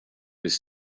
his